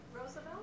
Roosevelt